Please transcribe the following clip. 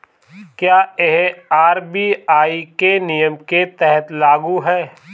क्या यह आर.बी.आई के नियम के तहत लागू है?